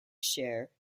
share